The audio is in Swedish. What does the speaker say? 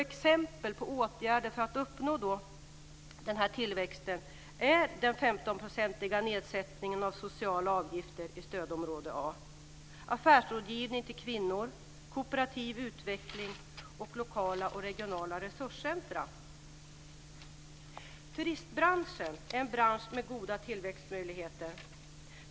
Exempel på åtgärder för att uppnå denna tillväxt är den 15-procentiga nedsättningen av de sociala avgifterna i stödområde A, affärsrådgivning till kvinnor, kooperativ utveckling och lokala och regionala resurscentrum. Turistbranschen är en bransch med goda tillväxtmöjligheter.